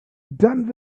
done